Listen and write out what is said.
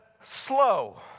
slow